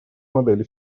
модели